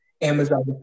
Amazon